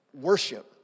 worship